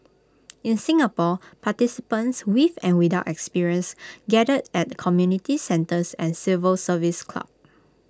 in Singapore participants with and without experience gathered at community centres and civil service clubs